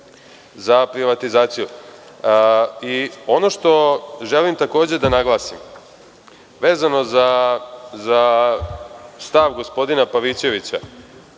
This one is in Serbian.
za privatizaciju. Ono što želim takođe da naglasim vezano za stav gospodina Pavićevića,